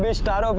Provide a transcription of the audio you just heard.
and star.